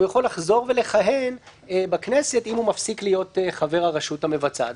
והוא יכול לחזור ולכהן בכנסת אם הוא מפסיק להיות חבר הרשות המבצעת.